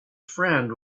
friend